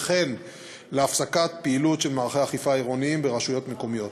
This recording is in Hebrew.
וכן להפסקת פעילות של מערכי אכיפה עירוניים ברשויות מקומיות.